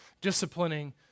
disciplining